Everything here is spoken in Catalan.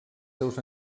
seus